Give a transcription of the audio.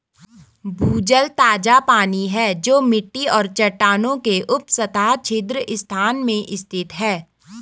भूजल ताजा पानी है जो मिट्टी और चट्टानों के उपसतह छिद्र स्थान में स्थित है